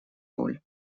роль